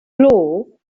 law